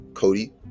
Cody